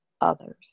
others